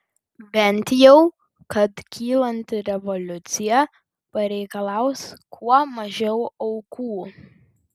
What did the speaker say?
bent jau kad kylanti revoliucija pareikalaus kuo mažiau aukų